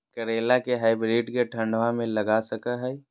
करेला के हाइब्रिड के ठंडवा मे लगा सकय हैय?